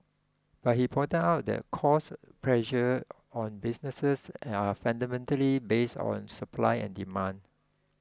but he pointed out that cost pressures on businesses are fundamentally based on supply and demand